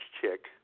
Chick